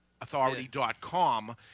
Authority.com